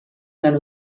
mewn